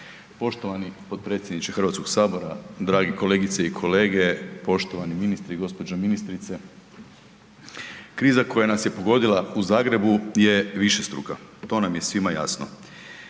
Poštovani potpredsjedniče HS, dragi kolegice i kolege, poštovani ministri i gđo. ministrice. Kriza koja nas je pogodila u Zagrebu je višestruka, to nam je svima jasno.